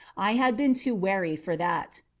i had been too wary for that.